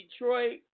Detroit